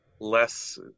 less